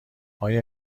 آیا